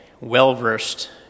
well-versed